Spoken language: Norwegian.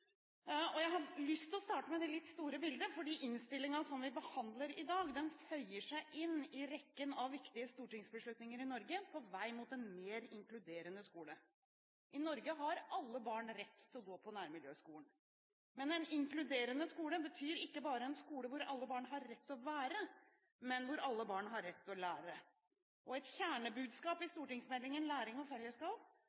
Jeg har lyst til å starte med det store bildet, fordi innstillingen vi behandler i dag, føyer seg inn i rekken av viktige stortingsbeslutninger i Norge på vei mot en mer inkluderende skole. I Norge har alle barn rett til å gå i nærmiljøskolen. Men en inkluderende skole betyr ikke bare en skole hvor alle barn har rett til å være, men hvor alle barn har rett til å lære. Et kjernebudskap i